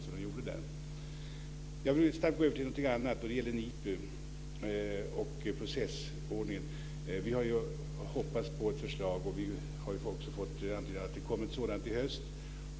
Så vill jag gå över till något annat. Det gäller NI PU och processordningen. Vi har ju hoppats på ett förslag, och också fått en antydan om att det kommer ett sådant i höst.